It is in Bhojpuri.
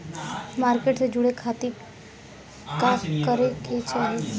मार्केट से जुड़े खाती का करे के चाही?